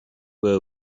were